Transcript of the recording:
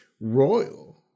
royal